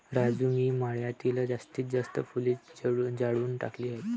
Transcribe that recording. राजू मी मळ्यातील जास्तीत जास्त फुले जाळून टाकली आहेत